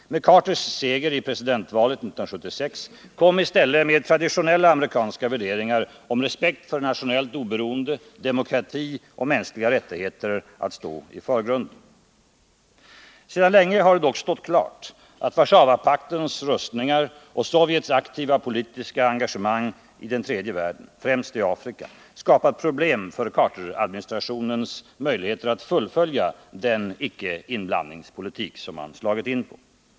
Med Carters seger i presidentvalet 1976 kom i stället mer traditionella amerikanska värderingar om respekt för nationellt oberoende, demokrati och mänskliga rättigheter att stå i förgrunden. Sedan länge har det dock stått klart att Warszawapaktens rustningar och Sovjets aktiva politiska engagemang i tredje världen, främst i Afrika, skapat problem för Carteradministrationens möjligheter att fullfölja den ickeinblandningspolitik man slagit in på.